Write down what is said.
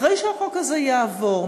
אחרי שהחוק הזה יעבור,